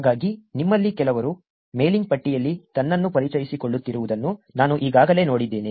ಹಾಗಾಗಿ ನಿಮ್ಮಲ್ಲಿ ಕೆಲವರು ಮೇಲಿಂಗ್ ಪಟ್ಟಿಯಲ್ಲಿ ತನ್ನನ್ನು ಪರಿಚಯಿಸಿಕೊಳ್ಳುತ್ತಿರುವುದನ್ನು ನಾನು ಈಗಾಗಲೇ ನೋಡಿದ್ದೇನೆ